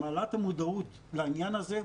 שמעלה את המודעות לעניין הזה,